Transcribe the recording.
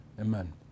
Amen